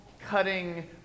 cutting